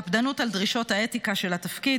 קפדנות על דרישות האתיקה של התפקיד,